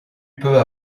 peu